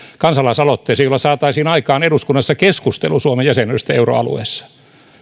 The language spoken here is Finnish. kansalaisaloitteeseen jolla saataisiin aikaan eduskunnassa keskustelu suomen jäsenyydestä euroalueessa